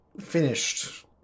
finished